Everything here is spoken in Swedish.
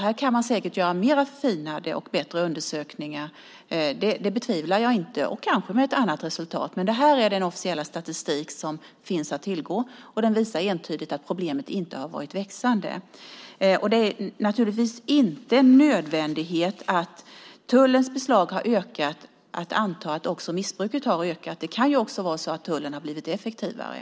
Här kan man säkert göra finare och bättre undersökningar, det betvivlar jag inte, och kanske med ett annat resultat. Men det här är den officiella statistik som finns att tillgå, och den visar entydigt att problemet inte har varit växande. Att tullens beslag har ökat gör det naturligtvis inte till en nödvändighet att anta att också missbruket har ökat. Det kan också vara så att tullen har blivit effektivare.